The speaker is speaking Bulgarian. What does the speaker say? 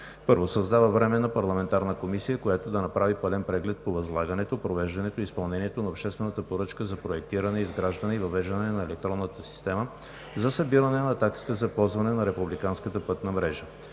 1. Създава временна парламентарна комисия, която да направи пълен преглед по възлагането, провеждането и изпълнението на обществената поръчка за проектиране, изграждане и въвеждане на електронната система за събиране на таксите за ползване на републиканската пътна мрежа.